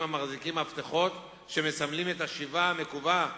המחזיקים מפתחות שמסמלים את השיבה המקווה,